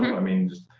i mean.